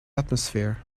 atmosphere